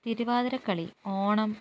Thiruvathirakali Onam